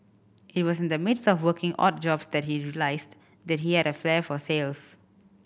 it was in the midst of working odd jobs that he realised that he had a flair for sales